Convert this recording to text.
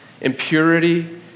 impurity